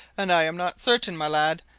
and i'm not certain, my lad,